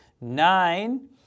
nine